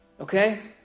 Okay